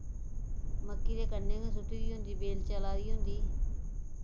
मक्की दे कन्नै गै सु'ट्टी दी होंदी बेल चला दी होंदी